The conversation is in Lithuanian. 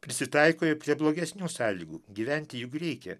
prisitaiko ir prie blogesnių sąlygų gyventi juk reikia